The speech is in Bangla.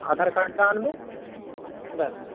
আধার কার্ডটা আনবেন ব্যস